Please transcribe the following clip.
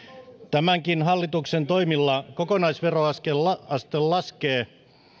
tämänkin hallituksen toimilla kokonaisveroaste laskee